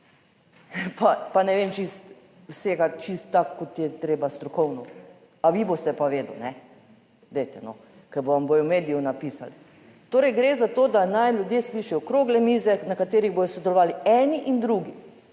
pa ne vem čisto vsega čisto tako, kot je treba strokovno - a vi boste pa vedeli, ne, - dajte, no - ker vam bodo v mediju napisali? Torej gre za to, da naj ljudje slišijo okrogle mize, na katerih bodo sodelovali eni in drugi,